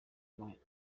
night